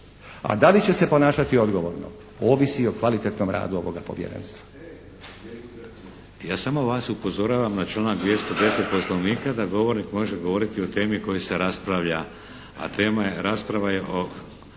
A da li će se ponašati odgovorno ovisi o kvalitetnom radu ovoga Povjerenstva. **Šeks, Vladimir (HDZ)** Ja samo vas upozoravam na članak 210. Poslovnika da govornik može govoriti o temi o kojoj se raspravlja, a tema je, rasprava je o